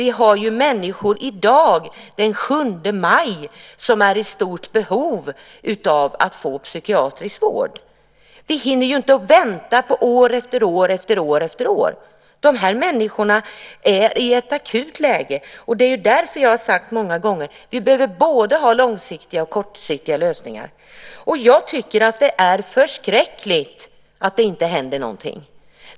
Det finns ju människor i dag den 7 maj som är i stort behov av att få psykiatrisk vård. Vi hinner inte vänta år efter år. Dessa människor är i ett akut läge. Och det är därför som jag många gånger har sagt att vi behöver ha både långsiktiga och kortsiktiga lösningar. Jag tycker att det är förskräckligt att det inte händer någonting.